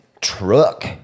truck